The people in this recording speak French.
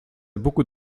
beaucoup